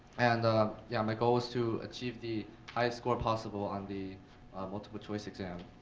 and ah yeah my goal was to achieve the highest score possible on the multiple choice exam.